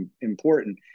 important